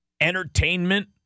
entertainment